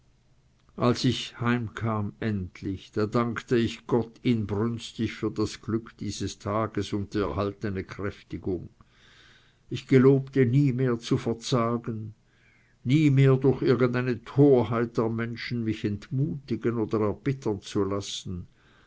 als ich heim kam endlich da dankte ich gott inbrünstig für das glück dieses tages und die erhaltene kräftigung ich gelobte nie mehr zu verzagen nie mehr durch irgend eine torheit der menschen mich entmutigen oder erbittern zu lassen